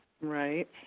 Right